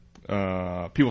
People